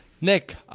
Nick